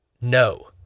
No